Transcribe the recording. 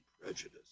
prejudice